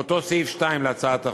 באותו סעיף 2 לחוק.